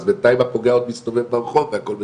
אז בינתיים הפוגע מסתובב ברחוב והכול בסדר,